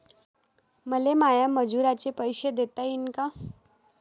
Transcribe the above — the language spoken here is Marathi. मले माया मजुराचे पैसे देता येईन का?